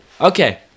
Okay